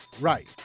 Right